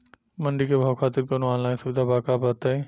मंडी के भाव खातिर कवनो ऑनलाइन सुविधा बा का बताई?